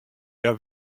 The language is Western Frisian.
hja